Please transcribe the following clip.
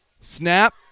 snap